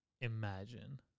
Imagine